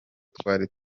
twari